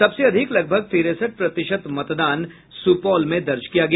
सबसे अधिक लगभग तिरेसठ प्रतिशत मतदान सुपौल में दर्ज किया गया